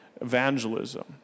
evangelism